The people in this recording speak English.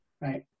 right